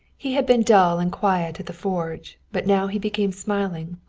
he had been dull and quiet at the forge, but now he became smiling,